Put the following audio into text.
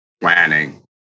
planning